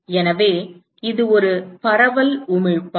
எனவே இது ஒரு பரவல் உமிழ்ப்பான்